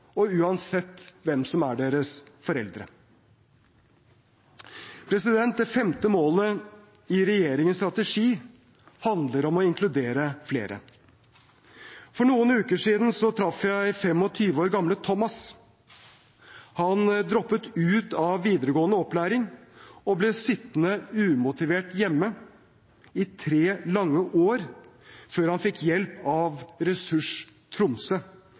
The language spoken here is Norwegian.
og uansett hvem som er deres foreldre. Det femte målet i regjeringens strategi handler om å inkludere flere. For noen uker siden traff jeg 25 år gamle Thomas. Han droppet ut av videregående opplæring og ble sittende umotivert hjemme i tre lange år før han fikk hjelp av Ressurs Tromsø